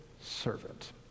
servant